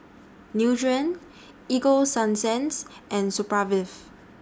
Nutren Ego Sunsense and